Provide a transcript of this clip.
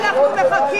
עושה כלום.